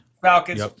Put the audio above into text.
Falcons